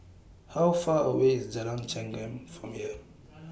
How Far away IS Jalan Chengam from here